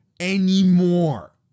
anymore